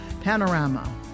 Panorama